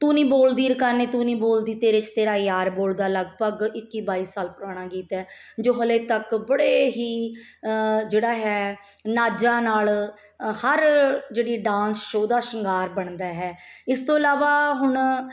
ਤੂੰ ਨਹੀਂ ਬੋਲਦੀ ਰਕਾਨੇ ਤੂੰ ਨਹੀਂ ਬੋਲਦੀ ਤੇਰੇ 'ਚ ਤੇਰਾ ਯਾਰ ਬੋਲਦਾ ਲਗਭਗ ਇੱਕੀ ਬਾਈ ਸਾਲ ਪੁਰਾਣਾ ਗੀਤ ਏ ਜੋ ਹਲੇ ਤੱਕ ਬੜੇ ਹੀ ਜਿਹੜਾ ਹੈ ਨਾਜਾਂ ਨਾਲ ਹਰ ਜਿਹੜੀ ਡਾਂਸ ਸ਼ੋ ਦਾ ਸ਼ਿੰਗਾਰ ਬਣਦਾ ਹੈ ਇਸ ਤੋਂ ਇਲਾਵਾ ਹੁਣ